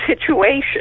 situation